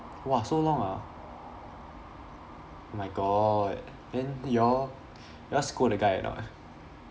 !wah! so long ah oh my god then you all you all scold that guy or not